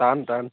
টান টান